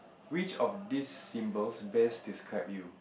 which of these symbols best describe you